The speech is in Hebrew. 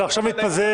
ועכשיו נתפזר,